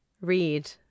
read